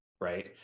right